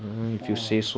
!wah!